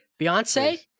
Beyonce